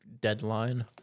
deadline